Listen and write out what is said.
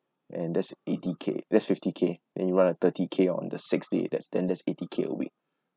and that's eighty K that's fifty K then you run a thirty K on the sixth day then that's eighty K a week